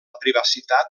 privacitat